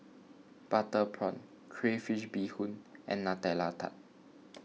Butter Prawn Crayfish BeeHoon and Nutella Tart